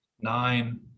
nine